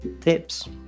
tips